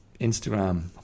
Instagram